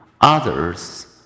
others